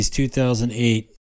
2008